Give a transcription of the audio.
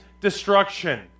destruction